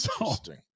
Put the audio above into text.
Interesting